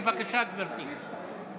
בבקשה, גברתי.